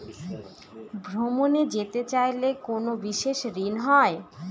ভ্রমণে যেতে চাইলে কোনো বিশেষ ঋণ হয়?